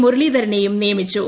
മുരളീധരനേയും നിയമിച്ചു